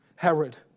Herod